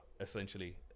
essentially